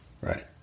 Right